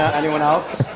anyone else?